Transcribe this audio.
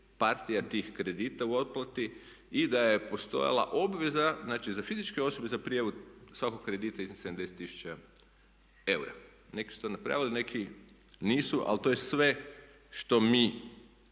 partija tih kredita u otplati i da je postojala obveza, znači za fizičke osobe za prijavu svakog kredita iznad 70 tisuća eura. Neki su to napravili, neki nisu, ali to je sve što mi